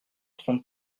trente